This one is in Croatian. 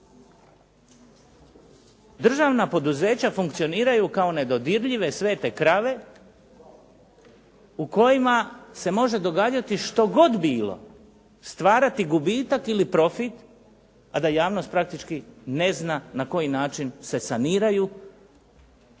Državna poduzeća funkcioniraju kao nedodirljive svete krave u kojima se može događati što god bilo, stvarati gubitak ili profit, a da javnost praktički ne zna na koji način se saniraju.